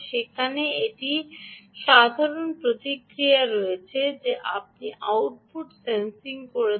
সেখানে একটি সাধারণ প্রতিক্রিয়া রয়েছে যে আপনি আউটপুট সেন্সিং করছেন